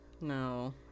No